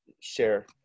share